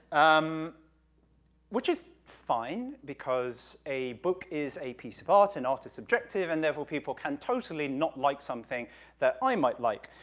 um which is fine, because a book is a piece of art, and art is subjective, and therefore, people can totally not like something that i might like.